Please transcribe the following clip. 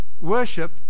worship